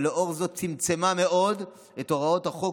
ולאור זאת צמצמה מאוד את הוראות החוק,